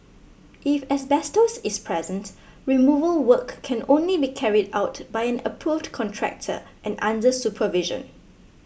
if asbestos is present removal work can only be carried out by an approved contractor and under supervision